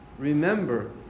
Remember